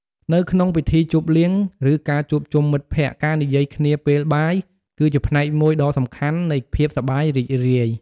នៅក្នុងពិធីជប់លៀង ឬការជួបជុំមិត្តភក្តិ ការនិយាយគ្នាពេលបាយ គឺជាផ្នែកមួយដ៏សំខាន់នៃភាពសប្បាយរីករាយ។